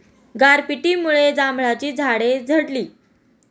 गारपिटीमुळे जांभळाची झाडे झडली